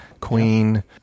Queen